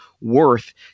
worth